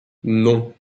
non